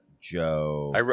joe